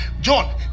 john